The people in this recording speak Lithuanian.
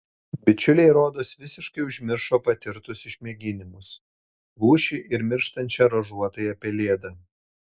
bičiuliai rodos visiškai užmiršo patirtus išmėginimus lūšį ir mirštančią ruožuotąją pelėdą